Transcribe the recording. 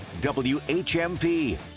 WHMP